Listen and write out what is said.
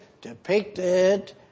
depicted